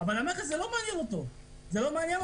אבל את המכס זה לא מעניין, זה לא מעניין.